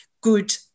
good